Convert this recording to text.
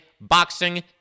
boxing